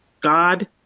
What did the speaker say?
god